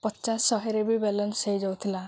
ପଚାଶ ଶହେରେ ବି ବାଲାନ୍ସ ହେଇଯାଉଥିଲା